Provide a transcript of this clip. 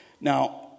now